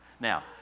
Now